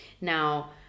Now